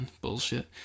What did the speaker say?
bullshit